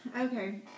Okay